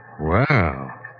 Wow